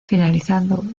finalizado